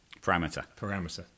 Parameter